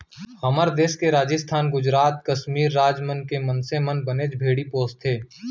हमर देस के राजिस्थान, गुजरात, कस्मीर राज मन के मनसे मन बनेच भेड़ी पोसथें